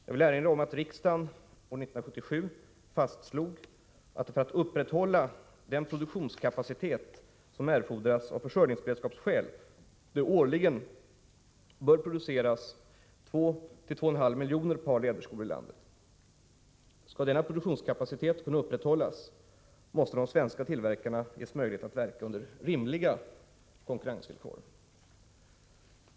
Jag vill erinra om att riksdagen år 1977 fastslog att det för att upprätthålla den produktionskapacitet som erfordras av försörjningsberedskapsskäl årligen bör produceras 2-2,5 miljoner par läderskor i landet. Skall denna produktionskapacitet kunna upprätthållas, måste de svenska tillverkarna ges möjlighet att verka under rimliga konkurrensvillkor.